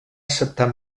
acceptar